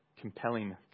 compelling